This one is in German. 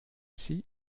sie